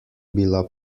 bila